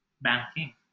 banking